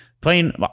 Playing